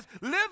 live